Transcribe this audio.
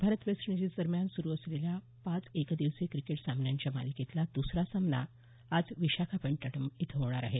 Bharat West Indies दरम्यान सुरू असलेल्या पाच एकदिवसीय क्रिकेट सामन्यांच्या मालिकेतला दुसरा सामना आज विशाखापट्टणम् इथं होणार आहे